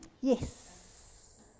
Yes